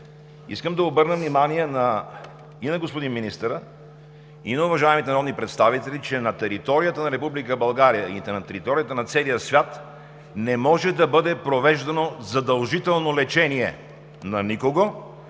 Искам да обърна внимание и на господин министъра, и на уважаемите народни представители, че на територията на Република България и на територията на целия свят не може да бъде провеждано задължително лечение на никого.